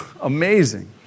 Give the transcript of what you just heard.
Amazing